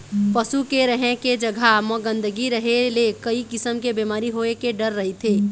पशु के रहें के जघा म गंदगी रहे ले कइ किसम के बिमारी होए के डर रहिथे